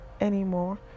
anymore